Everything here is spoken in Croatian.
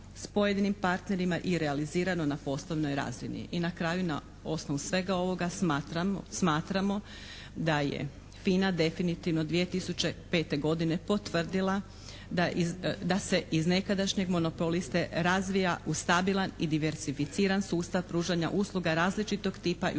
s pojedinim partnerima i realizirano na poslovnoj razini. I na kraju na osnovu svega ovoga smatramo da je FINA definitivno 2005. godine potvrdila da se iz nekadašnjeg monopoliste razvija u stabilan i diversificiran sustav pružanja usluga različitog tipa i